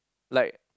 like